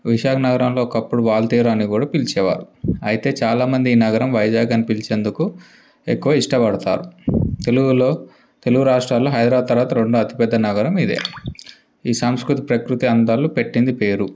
విశాఖ నగరంలో ఒకప్పుడు వాల్తేరు అని కూడా పిలిచేవారు అయితే చాలామంది ఈ నగరం వైజాగ్ అని పిలిచేందుకు ఎక్కువ ఇష్టపడతారు తెలుగులో తెలుగు రాష్ట్రాలలో హైదరాబాద్ తరవాత రెండో అతి పెద్ద నగరం ఇదే ఈ సాంస్కృతిక ప్రకృతి అందాలు పెట్టింది పేరు